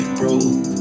broke